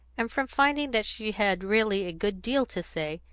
and from finding that she had really a good deal to say,